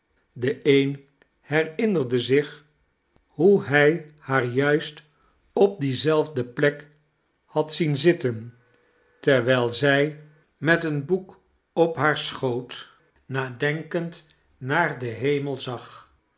de een herinnerde zich hoe hij haar juist op die zelfde plek had zien zitten terwijl zij met een boek op haar schoot nadenkend naar den hemel zag